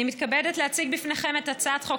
אני מתכבדת להציג בפניכם את הצעת חוק